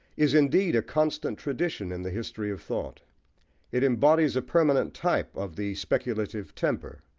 is indeed a constant tradition in the history of thought it embodies a permanent type of the speculative temper.